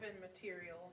material